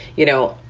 you know,